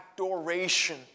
adoration